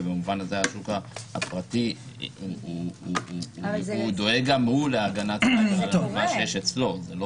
ובמובן הזה השוק הפרטי דואג גם הוא להגנת --- זה קורה.